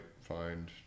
find